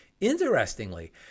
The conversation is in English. Interestingly